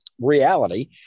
reality